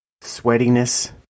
sweatiness